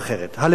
הלוואי